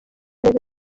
neza